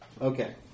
Okay